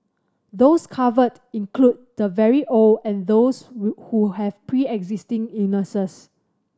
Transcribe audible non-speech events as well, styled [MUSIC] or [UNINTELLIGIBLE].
those covered include the very old and those [UNINTELLIGIBLE] who have preexisting illnesses